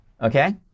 Okay